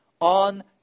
on